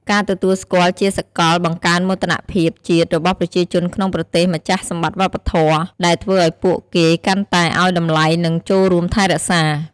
ការទទួលស្គាល់ជាសាកល បង្កើនមោទនភាពជាតិរបស់ប្រជាជនក្នុងប្រទេសម្ចាស់សម្បត្តិវប្បធម៌ ដែលធ្វើឱ្យពួកគេកាន់តែឱ្យតម្លៃ និងចូលរួមថែរក្សា។